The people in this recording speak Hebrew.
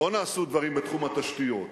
לא נעשו דברים בתחום התשתיות,